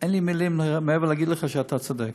אין לי מילים מעבר לזה שאתה צודק.